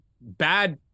bad